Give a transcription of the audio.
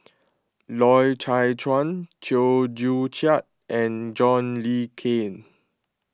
Loy Chye Chuan Chew Joo Chiat and John Le Cain